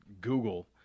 Google